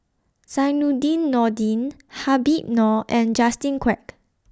Zainudin Nordin Habib Noh and Justin Quek